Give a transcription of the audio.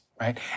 Right